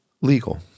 legal